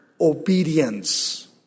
obedience